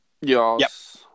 Yes